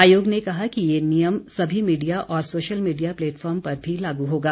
आयोग ने कहा है कि यह नियम सभी मीडिया और सोशल मीडिया प्लेटफार्म पर भी लागू होगा